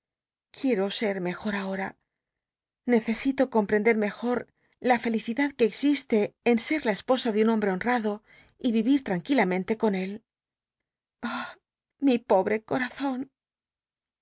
quiero ser mejor que ahora necesito comprender mejor la felicidad que existe en ser la esposa de un hombre homado y yi ir tjanquilamcntc con él ah mi pobre corazon